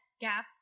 gap